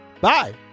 Bye